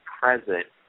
present